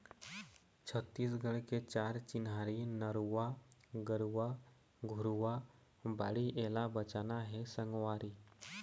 छत्तीसगढ़ के चार चिन्हारी नरूवा, गरूवा, घुरूवा, बाड़ी एला बचाना हे संगवारी